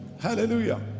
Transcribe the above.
Hallelujah